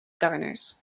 governors